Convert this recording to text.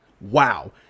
Wow